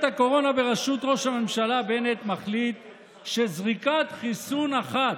הקורונה בראשות ראש הממשלה בנט מחליט שזריקת חיסון אחת,